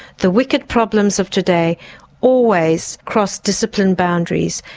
the wicked problems of today always cross discipline boundaries,